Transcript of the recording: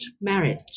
marriage